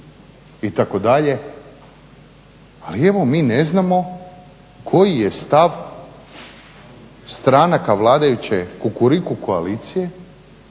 itd. ali evo mi ne znamo koji je stav stranaka vladajuće Kukuriku koalicije